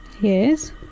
Yes